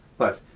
but,